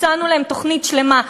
הצענו להם תוכנית שלמה,